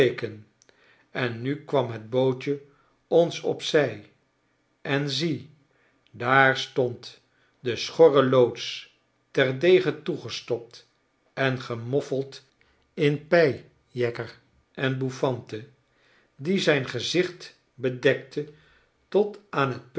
en nu kwam het bootje ons op zij en zie daar stond de schorre loods terdege toegestopt en gemoffeld in pijekker en bouffante die zijn gezicht bedekte tot aan t